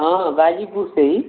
हाँ गाज़ीपुर से ही